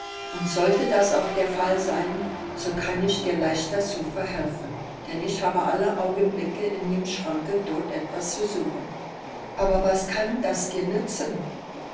und sollte das auch der fall sein so kann ich dir leicht dazu verhelfen denn ich habe alle augenblicke in dem schranke dort etwas zu suchen aber was kann das dir nützen